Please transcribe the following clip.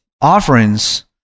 offerings